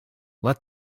let